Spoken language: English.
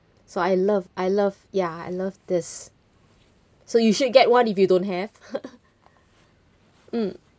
so I love I love ya I love this so you should get one if you don't have mm